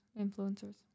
influencers